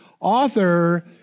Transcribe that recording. author